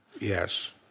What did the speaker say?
Yes